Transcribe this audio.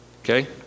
Okay